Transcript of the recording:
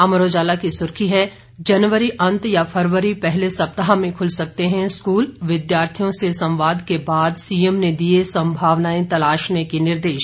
अमर उजाला की सुर्खी है जनवरी अंत या फरवरी पहले सप्ताह में खुल सकते हैं स्कूल विद्यार्थियों से संवाद के बाद सीएम ने दिए संभावनाएं तलाशने के निर्देश